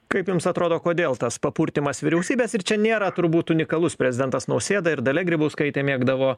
kaip jums atrodo kodėl tas papurtymas vyriausybės ir čia nėra turbūt unikalus prezidentas nausėda ir dalia grybauskaitė mėgdavo